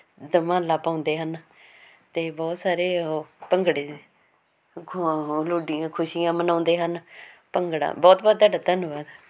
ਧਮਾਲਾਂ ਪਾਉਂਦੇ ਹਨ ਅਤੇ ਬਹੁਤ ਸਾਰੇ ਉਹ ਭੰਗੜੇ ਖੁ ਆਂ ਲੁੱਡੀਆਂ ਖੁਸ਼ੀਆਂ ਮਨਾਉਂਦੇ ਹਨ ਭੰਗੜਾ ਬਹੁਤ ਬਹੁਤ ਤੁਹਾਡਾ ਧੰਨਵਾਦ